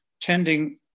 tending